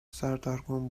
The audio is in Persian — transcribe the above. سردرگم